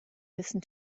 listen